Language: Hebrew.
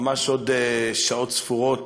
ממש עוד שעות ספורות